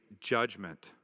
judgment